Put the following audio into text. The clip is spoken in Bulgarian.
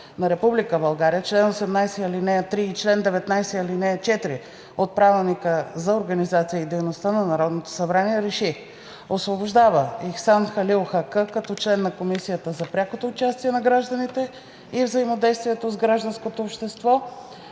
България, чл. 18, ал. 3 и чл. 19, ал. 4 от Правилника за организацията и дейността на Народното събрание РЕШИ: 1. Освобождава Ихсан Халил Хаккъ като член на Комисията за прякото участие на гражданите и взаимодействието с гражданското общество.